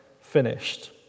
finished